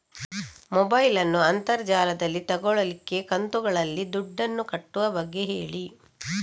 mobile ನ್ನು ಅಂತರ್ ಜಾಲದಲ್ಲಿ ತೆಗೋಲಿಕ್ಕೆ ಕಂತುಗಳಲ್ಲಿ ದುಡ್ಡನ್ನು ಕಟ್ಟುವ ಬಗ್ಗೆ ಹೇಳಿ